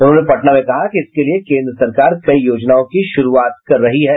उन्होंने पटना में कहा कि इसके लिए केन्द्र सरकार कई योजनाओं की श्रूआत कर रही है